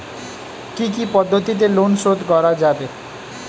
কি কি পদ্ধতিতে লোন শোধ করা যাবে?